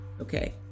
okay